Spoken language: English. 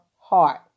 heart